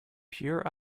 pure